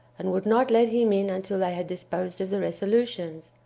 and would not let him in until they had disposed of the resolutions.